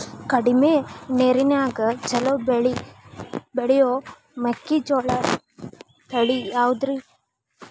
ಕಡಮಿ ನೇರಿನ್ಯಾಗಾ ಛಲೋ ಬೆಳಿ ಬೆಳಿಯೋ ಮೆಕ್ಕಿಜೋಳ ತಳಿ ಯಾವುದ್ರೇ?